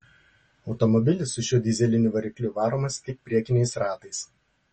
automobilis su šiuo dyzeliniu varikliu varomas tik priekiniais ratais